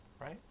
Right